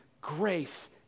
grace